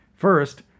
First